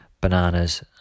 bananas